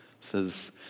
says